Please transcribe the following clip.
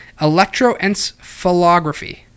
Electroencephalography